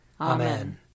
Amen